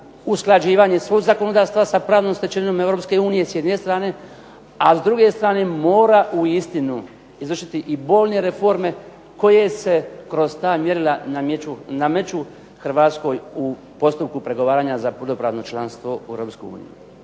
usklađivanje svog zakonodavstva sa pravnom stečevinom Europske unije s jedne strane, a s druge strane mora uistinu izvršiti i bolne reforme koje se kroz ta mjerila nameću Hrvatskoj u postupku pregovaranja za punopravno članstvo u